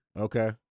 Okay